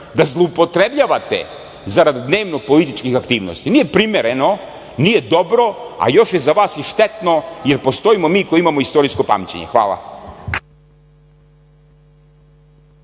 da zloupotrebljavate zarad dnevnopolitičkih aktivnosti. Nije primereno, nije dobro, a još je za vas i štetno, jer postojimo mi koji imamo istorijsko pamćenje. Hvala.